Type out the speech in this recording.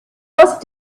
must